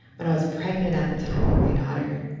but i was pregnant at the time with my daughter.